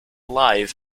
alive